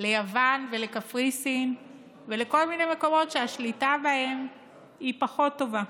ליוון ולקפריסין ולכל מיני מקומות שהשליטה בהם היא פחות טובה.